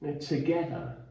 together